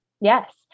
Yes